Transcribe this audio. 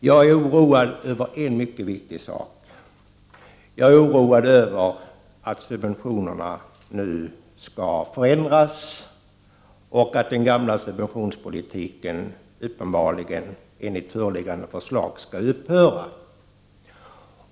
Jag är oroad över en mycket viktig sak, nämligen att subventionerna nu skall förändras och att den gamla subventionspolitiken, enligt föreliggande förslag, skall upphöra.